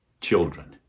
children